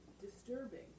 disturbing